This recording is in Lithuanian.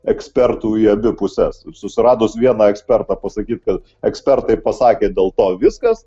ekspertų į abi puses susiradus vieną ekspertą pasakyt kad ekspertai pasakė dėl to viskas